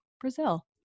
Brazil